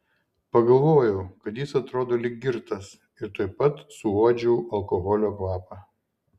pagalvojau kad jis atrodo lyg girtas ir tuoj pat suuodžiau alkoholio kvapą